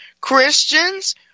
Christians